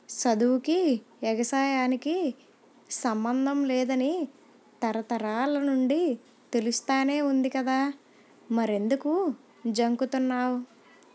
సదువుకీ, ఎగసాయానికి సమ్మందం లేదని తరతరాల నుండీ తెలుస్తానే వుంది కదా మరెంకుదు జంకుతన్నావ్